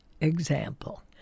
example